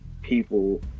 people